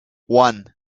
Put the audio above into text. one